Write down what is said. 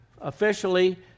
officially